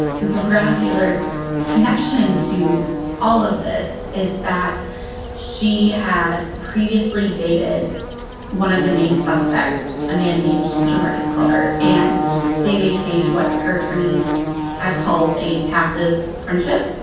and so began. and taylor's connection to all of this is that she had previously dated one of the main suspects, a man named jamarcus glover. and they maintained what her attorneys have called a passive friendship.